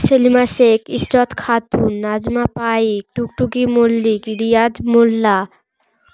Selima Sheikh Israt Khatun Najma Payek Tuktuki Mallick Riyaz Molla